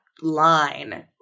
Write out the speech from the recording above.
line